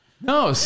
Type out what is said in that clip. No